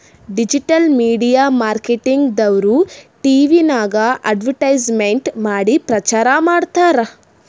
digital media marketing ದವ್ರು ಟಿವಿನಾಗ್ advertisement ಮಾಡಿ ಪ್ರಚಾರ್ ಮಾಡ್ತಾರ್